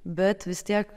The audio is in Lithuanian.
bet vis tiek